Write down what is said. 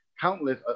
countless